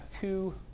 two